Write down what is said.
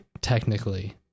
technically